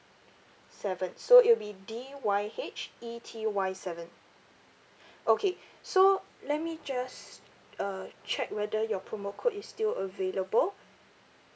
seven so it will be D Y H E T Y seven okay so let me just uh check whether your promo code is still available